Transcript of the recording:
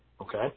okay